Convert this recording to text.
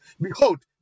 Behold